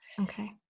okay